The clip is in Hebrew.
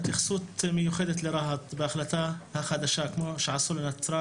התייחסות מיוחדת לרהט בהחלטה החדשה כמו שעשו לנצרת.